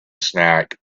snack